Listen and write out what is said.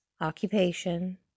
occupation